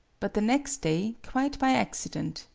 but the next day, quite by accident,